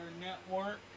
network